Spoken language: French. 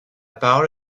parole